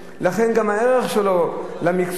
לכן גם הערך שלו למקצוע שלו,